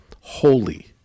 holy